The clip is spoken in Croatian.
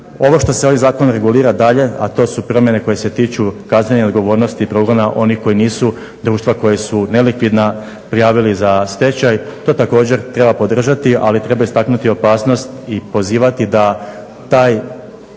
Ovo što se ovim zakonom regulira dalje, a to su promjene koje se tiču kaznene odgovornosti i progona onih koji nisu društva koja su nelikvidna prijavili za stečaj to također treba podržati, ali treba istaknuti opasnost i pozivati da ta